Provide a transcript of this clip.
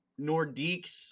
nordiques